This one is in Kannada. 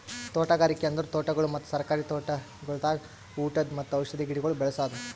ತೋಟಗಾರಿಕೆ ಅಂದುರ್ ತೋಟಗೊಳ್ ಮತ್ತ ಸರ್ಕಾರಿ ತೋಟಗೊಳ್ದಾಗ್ ಉಟದ್ ಮತ್ತ ಔಷಧಿ ಗಿಡಗೊಳ್ ಬೇಳಸದ್